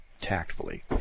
tactfully